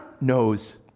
knows